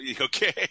okay